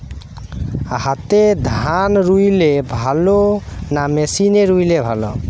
হাতে ধান রুইলে ভালো না মেশিনে রুইলে ভালো?